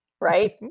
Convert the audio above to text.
Right